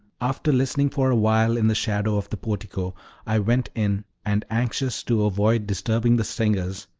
after listening for awhile in the shadow of the portico i went in, and, anxious to avoid disturbing the singers,